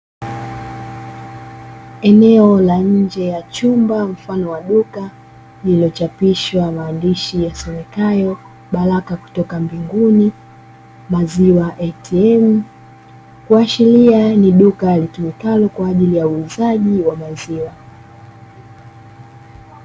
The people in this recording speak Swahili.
Eneo la nje ya chumba mfano wa duka, lililochapishwa maandishi yasomekayo "Baraka kutoka mbinguni maziwa ATM". Kuashiria ni duka litumikalo kwa ajili ya uuzaji wa maziwa.